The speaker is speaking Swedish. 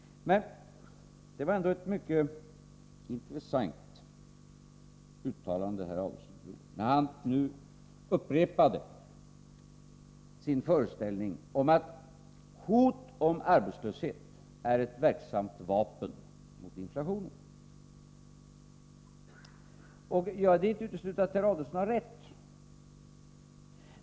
Men det var ändå ett mycket intressant uttalande herr Adelsohn gjorde, när han nu upprepade, att hot om arbetslöshet är ett verksamt vapen mot inflationen. Jag vill inte utesluta att herr Adelsohn har rätt.